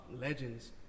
legends